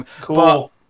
Cool